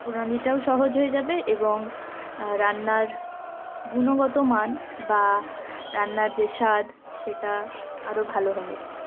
প্রণালীটাও সহজ হয়ে যাবে এবং রান্নার গুণগত মান বা রান্নার যে স্বাদ সেটা আরো ভালো হবে